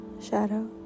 shadow